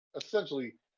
essentially